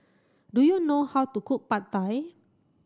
do you know how to cook Pad Thai